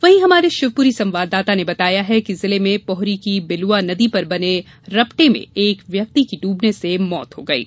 वही हमारे शिवपूर्री संवाददाता ने बताया है कि जिले मे पोहरी की बिलुआ नदी पर बने रपटे में एक व्यक्ति की डूबने से मौत की खबर है